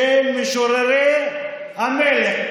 הארמון של המלך.